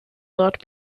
not